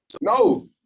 no